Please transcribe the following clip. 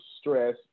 stress